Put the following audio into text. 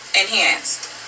enhanced